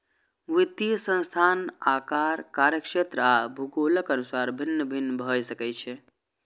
वित्तीय संस्थान आकार, कार्यक्षेत्र आ भूगोलक अनुसार भिन्न भिन्न भए सकै छै